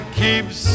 keeps